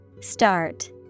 Start